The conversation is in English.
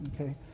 okay